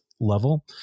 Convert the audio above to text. level